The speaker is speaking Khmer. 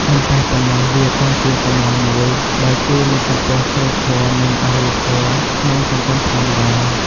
មិនតែប៉ុណ្ណោះ វាក៏ជាកម្លាំងមួយដែលជួយលើកកម្ពស់សីលធម៌ និងអរិយធម៌ក្នុងសង្គមផងដែរ។